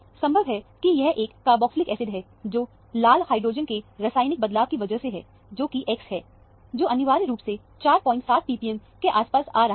संभव है की यह एक कारबॉक्सलिक एसिड है जो लाल हाइड्रोजन के रसायनिक बदलाव की वजह से है जो कि X है जो अनिवार्य रूप से 47 ppm के आसपास आ रहा है